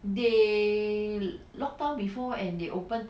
they locked down before and they open